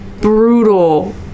brutal